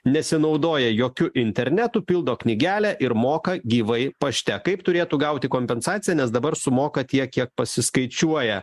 nesinaudoja jokiu internetu pildo knygelę ir moka gyvai pašte kaip turėtų gauti kompensaciją nes dabar sumoka tiek kiek pasiskaičiuoja